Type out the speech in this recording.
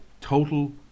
Total